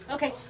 Okay